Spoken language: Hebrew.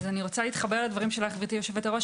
אני רוצה להתחבר לדברים שלך גברתי היושבת בראש